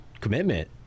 commitment